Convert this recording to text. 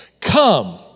Come